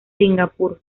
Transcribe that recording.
singapur